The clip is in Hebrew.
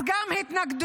אז גם התנגדות.